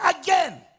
again